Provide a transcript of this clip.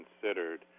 considered